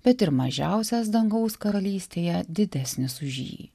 bet ir mažiausias dangaus karalystėje didesnis už jį